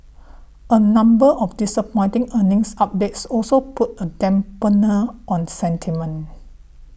a number of disappointing earnings updates also put a dampener on sentiment